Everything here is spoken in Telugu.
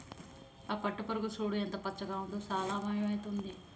ఆ పట్టుపురుగు చూడు ఎంత పచ్చగా ఉందో చాలా భయమైతుంది